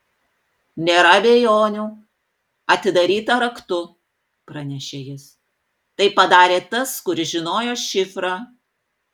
nėra abejonių atidaryta raktu pranešė jis tai padarė tas kuris žinojo šifrą